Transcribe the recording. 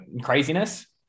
craziness